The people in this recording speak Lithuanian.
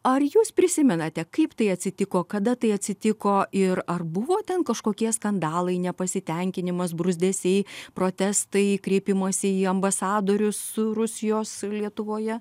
ar jūs prisimenate kaip tai atsitiko kada tai atsitiko ir ar buvo ten kažkokie skandalai nepasitenkinimas bruzdesiai protestai kreipimosi į ambasadorius su rusijos lietuvoje